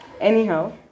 Anyhow